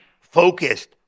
focused